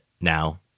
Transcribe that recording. now